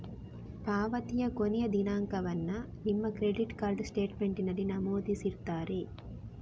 ಪಾವತಿಯ ಕೊನೆಯ ದಿನಾಂಕವನ್ನ ನಿಮ್ಮ ಕ್ರೆಡಿಟ್ ಕಾರ್ಡ್ ಸ್ಟೇಟ್ಮೆಂಟಿನಲ್ಲಿ ನಮೂದಿಸಿರ್ತಾರೆ